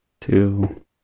two